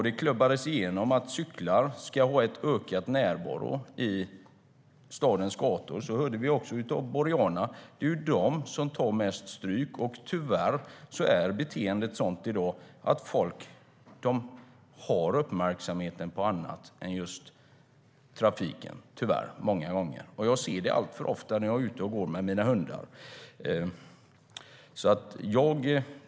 Det klubbades igenom att cyklister ska ha en ökad närvaro på stadens gator. Vi hörde också av Boriana att det är de som tar mest stryk. Tyvärr är beteendet sådant i dag att folk många gånger har uppmärksamheten på annat än just trafiken. Jag ser det alltför ofta när jag är ute och går med mina hundar.